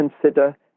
consider